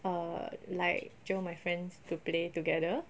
uh like jio my friends to play together